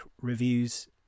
reviews